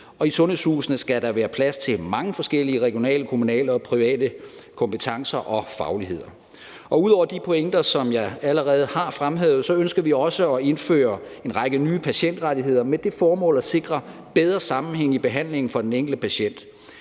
i sundhedshusene skal der være plads til mange forskellige regionale, kommunale og private kompetencer og fagligheder. Ud over de pointer, som jeg allerede har fremhævet, ønsker vi at indføre en række nye patientrettigheder med det formål at sikre bedre sammenhæng i behandlingen for den enkelte patient.